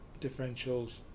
differentials